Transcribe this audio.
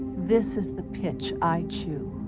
this is the pitch i chew.